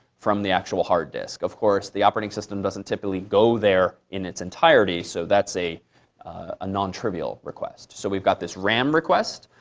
from the actual hard disk. of course, the operating system doesn't typically go there in its entirety, so that's a ah non-trivial request. so we've got this ram request,